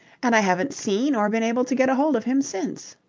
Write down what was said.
and i haven't seen or been able to get hold of him since.